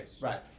right